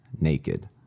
naked